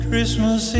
Christmas